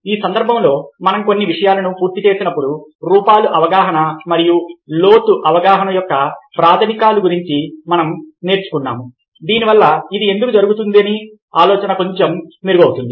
ఈ సందర్భంలో మనం కొన్ని విషయాలను పూర్తి చేసినప్పుడు రూపాలు అవగాహన మరియు లోతు అవగాహన యొక్క ప్రాధమికాలు గురించి మనం నేర్చుకున్నాము దీనివల్ల ఇది ఎందుకు జరుగుతుందనే ఆలోచన కొంచెం మెరుగవుతుంది